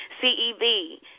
C-E-V